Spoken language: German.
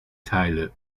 teile